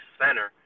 center